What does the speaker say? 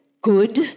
good